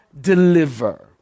deliver